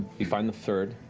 you find the third,